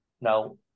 Now